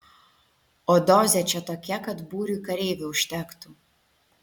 o dozė čia tokia kad būriui kareivių užtektų